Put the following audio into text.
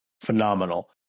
Phenomenal